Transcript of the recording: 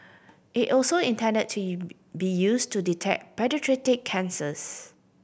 it also intended to be used to detect paediatric cancers